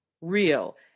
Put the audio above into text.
Real